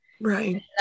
Right